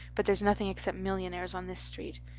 but there's nothing except millionaires on this street.